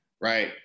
right